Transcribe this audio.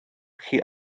chi